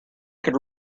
could